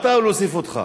הרחבת האיסור),